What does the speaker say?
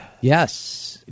Yes